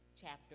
chapter